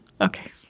okay